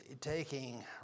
taking